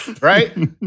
Right